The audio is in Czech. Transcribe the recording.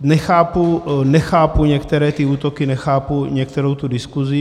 Nechápu, nechápu některé ty útoky, nechápu některou tu diskusi.